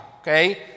Okay